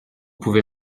pouvez